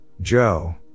Joe